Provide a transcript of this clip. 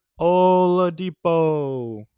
Oladipo